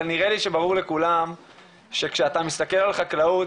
אבל נראה לי שברור לכולם שכשאתה מסתכל על חקלאות